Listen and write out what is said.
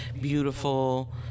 beautiful